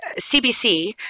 CBC